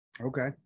Okay